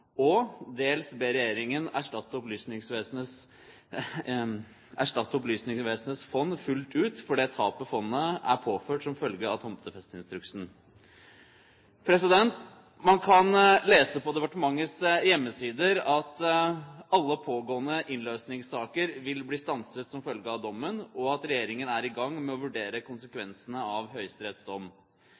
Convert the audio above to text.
og dels ber regjeringen erstatte Opplysningsvesenets fond fullt ut for det tapet fondet er påført som følge av tomtefesteinstruksen. Man kan lese på departementets hjemmesider at alle pågående innløsningssaker vil bli stanset som følge av dommen, og at regjeringen er i gang med å vurdere konsekvensene av